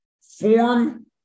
form